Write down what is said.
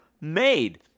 made